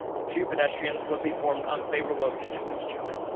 the two pedestrians quickly formed unfavorable opinions that each other.